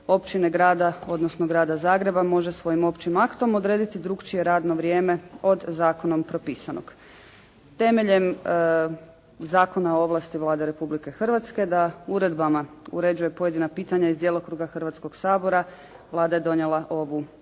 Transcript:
općine, grada, odnosno Grada Zagreba, može svojim općim aktom odrediti drukčije radno vrijeme od zakonom propisanog. Temeljem Zakona o ovlasti Vlade Republike Hrvatske da uredbama uređuje pojedina pitanja iz djelokruga Hrvatskog sabora, Vlada je donijela ovu